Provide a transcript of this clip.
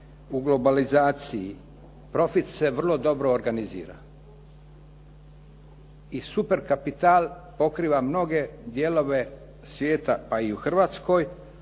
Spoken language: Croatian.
u globalizaciji profit se vrlo dobro organizira i super kapital pokriva mnoge dijelove svijeta, pa i u Hrvatskoj,